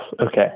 okay